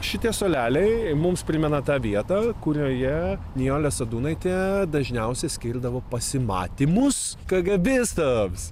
šitie suoleliai mums primena tą vietą kurioje nijolė sadūnaitė dažniausia skirdavo pasimatymus kgbistams